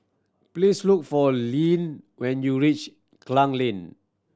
please look for Leeann when you reach Klang Lane